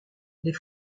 les